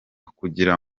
kugira